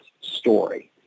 story